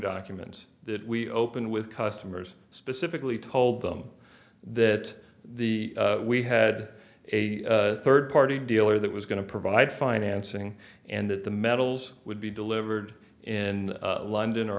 document that we opened with customers specifically told them that the we had a third party dealer that was going to provide financing and that the metals would be delivered in london or